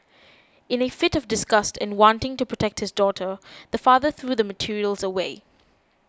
in a fit of disgust and wanting to protect his daughter the father threw the materials away